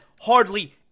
Hardly